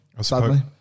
sadly